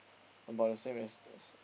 about the same as the s~